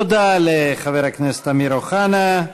תודה לחבר הכנסת אמיר אוחנה.